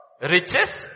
riches